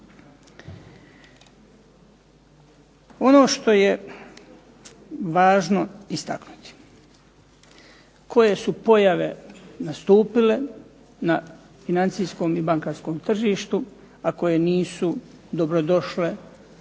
Ono što je važno istaknuti koje su pojave nastupile na financijskom i bankarskom tržištu a koje nisu dobro došle